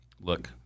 look